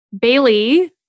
Bailey